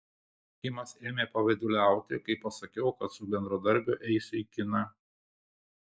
kimas ėmė pavyduliauti kai pasakiau kad su bendradarbiu eisiu į kiną